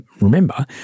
remember